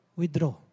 withdraw